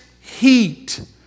heat